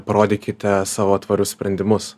parodykite savo tvarius sprendimus